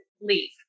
leave